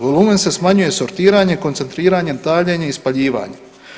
Volumen se smanjuje sortiranjem, koncentriranjem, taljenjem i spaljivanjem.